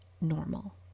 normal